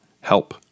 help